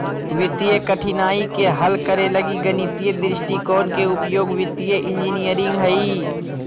वित्तीय कठिनाइ के हल करे लगी गणितीय दृष्टिकोण के उपयोग वित्तीय इंजीनियरिंग हइ